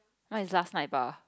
<UNK? is last night [bah]